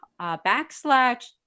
backslash